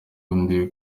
undi